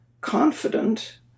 confident